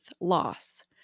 loss